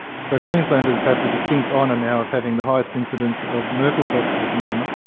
so queenslanders have the distinct honour now of having the highest incidence of merkel cell carcinoma,